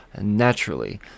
Naturally